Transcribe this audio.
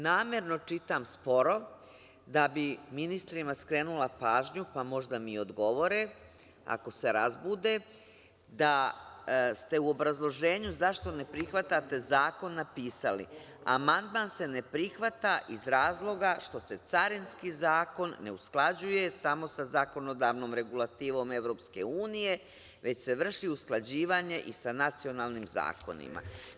Namerno čitam sporo, da bi ministrima skrenula pažnju, pa možda mi odgovore, ako se razbude, da ste u obrazloženju, zašto ne prihvatate Zakon napisali, amandman se ne prihvata iz razloga što se Carinski zakon ne usklađuje samo sa zakonodavnom regulativom EU, već se vrši usklađivanje i sa nacionalnim zakonima.